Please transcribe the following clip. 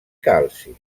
calci